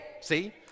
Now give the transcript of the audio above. see